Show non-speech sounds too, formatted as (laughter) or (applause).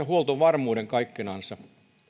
(unintelligible) huoltovarmuuden kaikkinensa